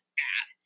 bad